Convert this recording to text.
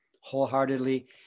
wholeheartedly